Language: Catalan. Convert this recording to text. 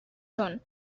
són